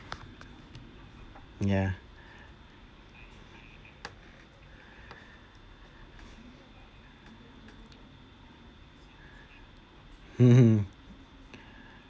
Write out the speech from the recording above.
ya mmhmm